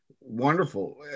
wonderful